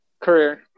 career